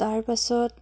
তাৰ পাছত